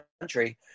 country